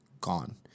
gone